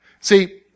See